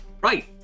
Right